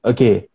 Okay